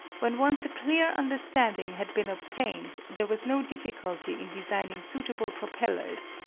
when once a clear understanding had been obtained there was no difficulty in designing suitable propellers,